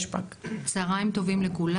צהריים טובים לכולם.